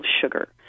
sugar